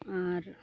ᱟᱨ